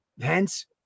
hence